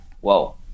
whoa